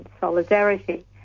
solidarity